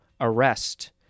Arrest